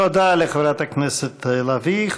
תודה לחברת הכנסת לביא.